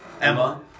Emma